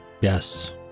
Yes